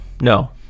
no